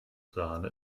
sahne